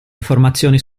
informazioni